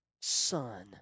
son